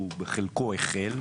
והוא בחלקו החל,